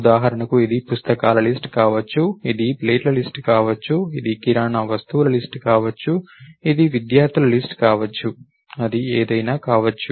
ఉదాహరణకు ఇది పుస్తకాల లిస్ట్ కావచ్చు ఇది ప్లేట్ల లిస్ట్ కావచ్చు ఇది కిరాణా వస్తువుల లిస్ట్ కావచ్చు ఇది విద్యార్థుల లిస్ట్ కావచ్చు అది ఏదైనా కావచ్చు